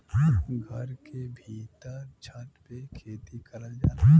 घर के भीत्तर छत पे खेती करल जाला